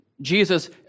Jesus